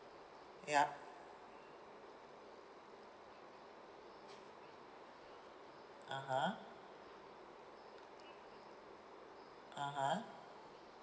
yup (uh huh) (uh huh)